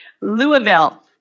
Louisville